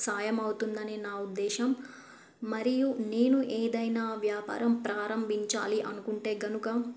సాయం అవుతుందని నా ఉద్దేశం మరియు నేను ఏదైనా వ్యాపారం ప్రారంభించాలి అనుకుంటే కనుక